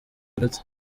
hagati